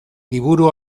liburu